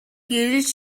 гэрэл